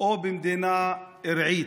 או במדינה ארעית,